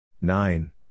Nine